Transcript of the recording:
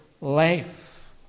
life